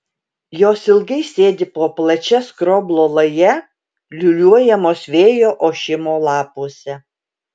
jos ilgai sėdi po plačia skroblo laja liūliuojamos vėjo ošimo lapuose